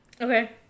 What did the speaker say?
Okay